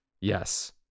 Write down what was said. Yes